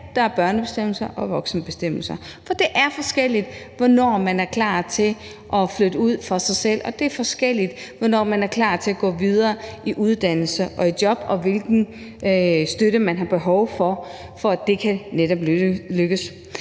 der er børnebestemmelser og voksenbestemmelser. For det er forskelligt, hvornår man er klar til at flytte for sig selv, og det er forskelligt, hvornår man er klar til at gå videre i uddannelse og i job, og hvilken støtte man har behov for, for at det netop kan lykkes.